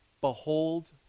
Behold